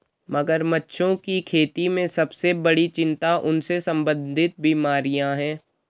मगरमच्छों की खेती में सबसे बड़ी चिंता उनसे संबंधित बीमारियां हैं?